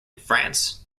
france